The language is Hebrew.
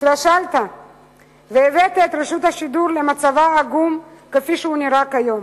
התרשלת והבאת את רשות השידור למצבה העגום כפי שהוא נראה כיום.